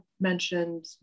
mentioned